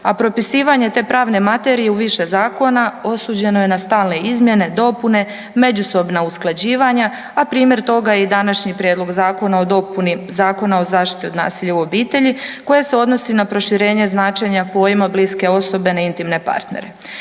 a propisivanje te pravne materije u više zakona osuđeno je stalne izmjene, dopune, međusobna usklađivanja, a primjer toga je i današnji Prijedlog zakona o dopuni Zakona o zaštiti od nasilja u obitelji koje se odnosi na proširenje značenja pojma bliske osobe na intimne partnere.